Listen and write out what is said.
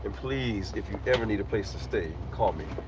and please, if you ever need a place to stay, call me.